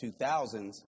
2000s